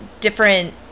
different